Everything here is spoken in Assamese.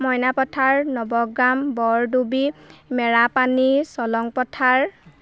মইনা পথাৰ নৱগাম বৰদোবী মেৰাপানী চলং পথাৰ